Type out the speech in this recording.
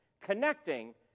connecting